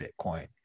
Bitcoin